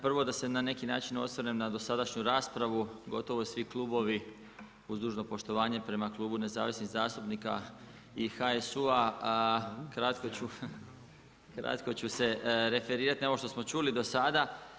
Prvo da se na neki način osvrnem na dosadašnju raspravu, gotovo svi klubovi uz dužno poštovanje prema Klubu nezavisnih zastupnika i HSU-a, kratko ću se referirati na ovo što smo čuli do sada.